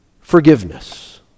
Forgiveness